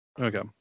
Okay